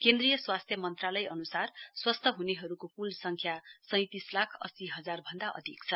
केन्द्रीय स्वास्थ्य मन्त्रालय अनुसार स्वस्थ हुनेहरुको कुल संख्या सैंतिस लाख अस्सी हजार भनदा अधिक छ